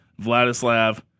Vladislav